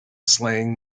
slang